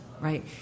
right